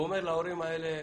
והוא אמר להורים האלה: